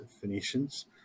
Phoenicians